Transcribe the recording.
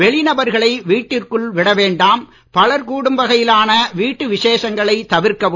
வெளிநபர்களை வீட்டிற்குள் விட வேண்டாம் பலர் கூடும் வகையிலான வீட்டு விசேஷங்களை தவிர்க்கவும்